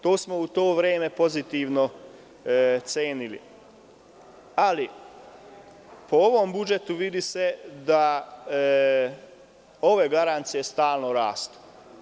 To smo u to vreme pozitivno ocenili, ali po ovom budžetu se vidi da ove garancije stalno rastu.